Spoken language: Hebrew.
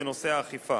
בנושא האכיפה,